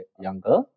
younger